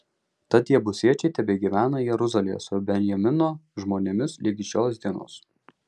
tad jebusiečiai tebegyvena jeruzalėje su benjamino žmonėmis ligi šios dienos